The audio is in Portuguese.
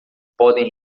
podem